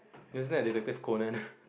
isn't that Detective Conan